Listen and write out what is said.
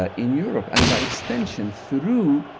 ah in europe and by extension through